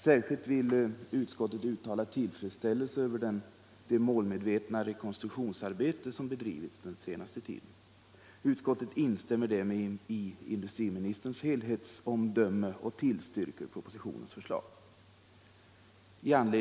Särskilt vill utskottet uttala tillfredsställelse över det målmedvetna rekonstruktionsarbete som bedrivits den senaste tiden. Utskottet instämmer därmed i industriministerns helhetsomdöme och tillstyrker propositionens förslag.